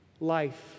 life